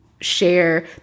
share